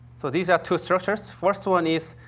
so, these are two structures. first one is,